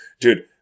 Dude